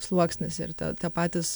sluoksnis ir ta tie patys